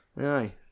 aye